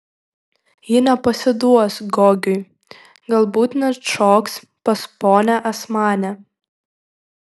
ji nepasiduos gogiui galbūt net šoks pas ponią asmanę